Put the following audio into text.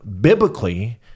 biblically